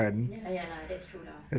ya lah ya lah that's true lah